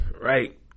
Right